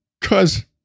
cause